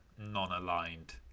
non-aligned